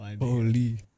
Holy